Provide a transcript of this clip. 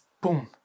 boom